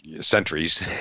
centuries